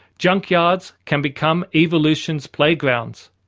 junkyards can become evolution's playgrounds.